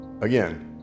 again